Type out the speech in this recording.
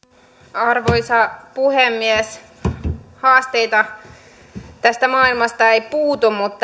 arvoisa puhemies haasteita tästä maailmasta ei puutu mutta